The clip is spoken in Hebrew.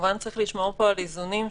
כמובן שצריך לשמור פה על איזונים,